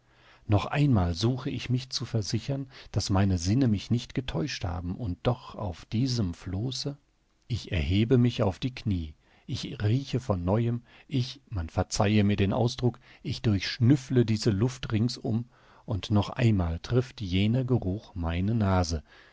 noch einmal suche ich mich zu versichern daß meine sinne mich nicht getauscht haben und doch auf diesem flosse ich erhebe mich auf die knie ich rieche von neuem ich man verzeihe mir den ausdruck ich durchschnüffle diese luft ringsum und noch einmal trifft jener geruch meine nase